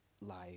life